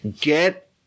get